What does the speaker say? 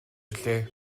билээ